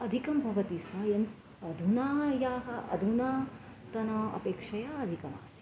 अधिकं भवति स्म यन् अधुना याः अधुनातन अपेक्षया अधिकम् आसीत्